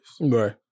Right